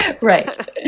Right